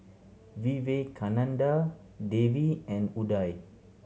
Vivekananda Devi and Udai